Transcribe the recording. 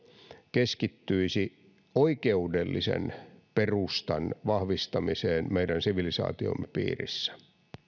keskittyisi oikeudellisen perustan vahvistamiseen meidän sivilisaatiomme piirissä